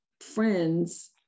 friends